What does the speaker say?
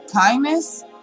kindness